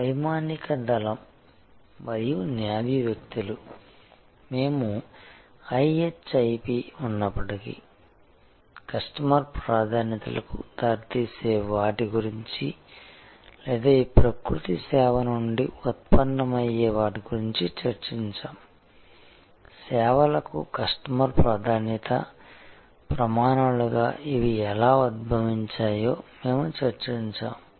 png వైమానిక దళం మరియు నేవీ వ్యక్తులు మేము IHIP ఉన్నప్పటికీ కస్టమర్ ప్రాధాన్యతలకు దారితీసే వాటి గురించి లేదా ఈ ప్రకృతి సేవ నుండి ఉత్పన్నమయ్యే వాటి గురించి చర్చించాము సేవలకు కస్టమర్ ప్రాధాన్యత ప్రమాణాలుగా ఇవి ఎలా ఉద్భవించాయో మేము చర్చించాము